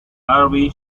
harvey